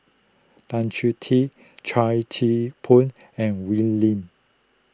Tan Choh Tee Chua Thian Poh and Wee Lin